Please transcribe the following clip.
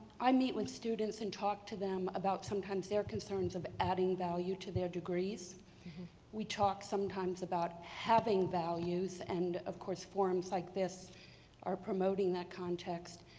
i meet with students and talk to them about, sometimes, their concerns of adding value to their degrees we talk sometimes about having values and of course, forums like this are promoting that context.